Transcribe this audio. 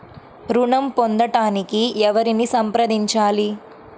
ఋణం పొందటానికి ఎవరిని సంప్రదించాలి?